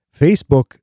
Facebook